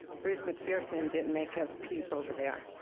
bruce mcpherson didn't make a peep over there.